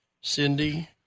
Cindy